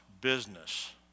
business